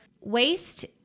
waste